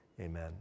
Amen